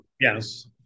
Yes